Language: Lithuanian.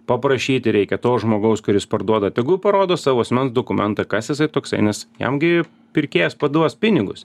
paprašyti reikia to žmogaus kuris parduoda tegu parodo savo asmens dokumentą kas jisai toksai nes jam gi pirkėjas paduos pinigus